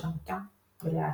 לשנותה ולהעתיק.